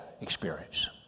experience